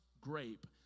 grape